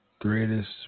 Greatest